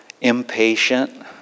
impatient